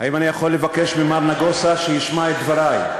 האם אני יכול לבקש ממר נגוסה שישמע את דברי?